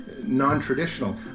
non-traditional